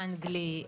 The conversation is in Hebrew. האנגלי,